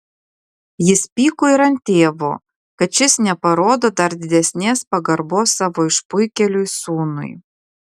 jis pyko ir ant tėvo kad šis neparodo dar didesnės pagarbos savo išpuikėliui sūnui